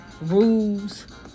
Rules